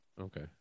okay